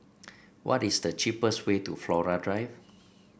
what is the cheapest way to Flora Drive